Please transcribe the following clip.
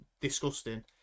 disgusting